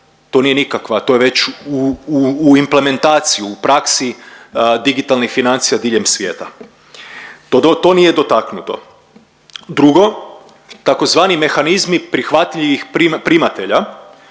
To nije nikakva, to je već u implementaciji u praksi digitalnih financija diljem svijeta. To nije dotaknuto. Drugo, tzv. mehanizmi prihvatljivih primatelja.